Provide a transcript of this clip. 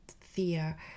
fear